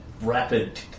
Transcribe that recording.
rapid